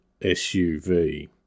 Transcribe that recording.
SUV